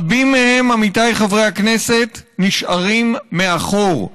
רבים מהם, עמיתיי חברי הכנסת, נשארים מאחור.